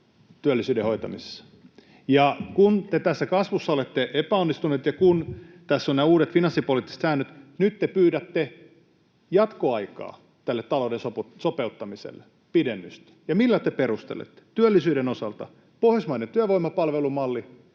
työllisyyden hoitamisessa. Ja kun te kasvussa olette epäonnistuneet ja kun tässä ovat nämä uudet finanssipoliittiset säännöt, nyt te pyydätte jatkoaikaa ja pidennystä tälle talouden sopeuttamiselle, ja millä te perustelette? Työllisyyden osalta: pohjoismainen työvoimapalvelumalli